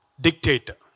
dictator